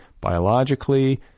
biologically